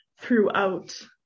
throughout